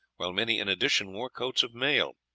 while many in addition wore coats of mail.